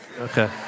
Okay